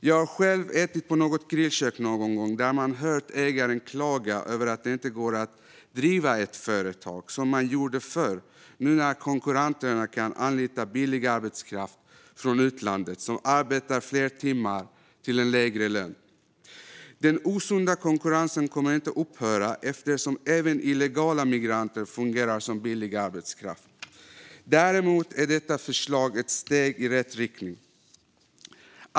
Jag har själv ätit på något grillkök någon gång där jag hört ägaren klaga över att det inte går att driva företag som man gjorde förr nu när konkurrenterna kan anlita billig arbetskraft från utlandet som arbetar fler timmar till lägre lön. Den osunda konkurrensen kommer inte att upphöra eftersom även illegala migranter fungerar som billig arbetskraft. Däremot är detta förslag ett steg i rätt riktning.